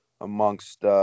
amongst